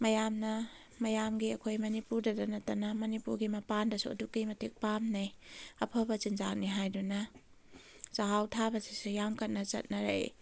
ꯃꯌꯥꯝꯅ ꯃꯌꯥꯝꯒꯤ ꯑꯩꯈꯣꯏ ꯃꯅꯤꯄꯨꯔꯗꯗ ꯅꯠꯇꯅ ꯃꯅꯤꯄꯨꯔꯒꯤ ꯃꯄꯥꯟꯗꯁꯨ ꯑꯗꯨꯛꯀꯤ ꯃꯇꯤꯛ ꯄꯥꯝꯅꯩ ꯑꯐꯕ ꯆꯤꯟꯖꯥꯛꯅꯤ ꯍꯥꯏꯗꯨꯅ ꯆꯥꯛꯍꯥꯎ ꯊꯥꯕꯁꯤꯁꯨ ꯌꯥꯝ ꯀꯟꯅ ꯆꯠꯅꯔꯛꯏ